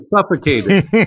suffocated